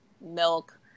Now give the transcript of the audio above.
milk